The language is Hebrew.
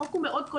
החוק מאוד כוללני.